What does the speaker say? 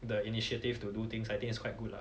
the initiative to do things I think is quite good lah